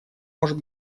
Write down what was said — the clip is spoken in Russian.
может